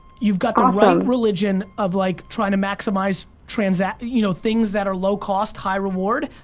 you've got the right religion of like trying to maximize transact, you know, things that are low cost, high reward.